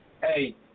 Hey